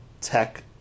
tech